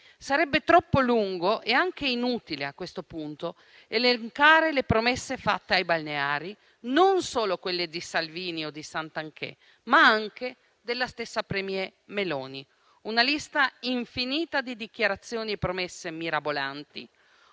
Sarebbe troppo lungo - e anche inutile, a questo punto - elencare le promesse fatte ai balneari, non solo quelle di Salvini o di Santanché, ma della stessa *premier* Meloni: una lista infinita di dichiarazioni e promesse mirabolanti,